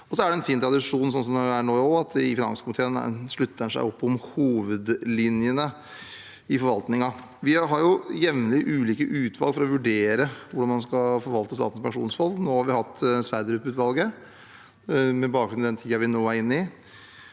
er det en fin tradisjon, slik det er også nå, at man i Finanskomiteen slutter opp om hovedlinjene i forvaltningen. Vi har jevnlig ulike utvalg for å vurdere hvordan man skal forvalte Statens pensjonsfond, og nå har vi hatt Sverdrup-utvalget, med bakgrunn i den tiden vi nå er inne i.